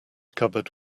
cupboard